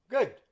Good